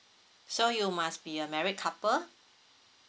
so you must be a married couple